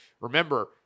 Remember